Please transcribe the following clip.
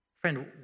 Friend